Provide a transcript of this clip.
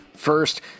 First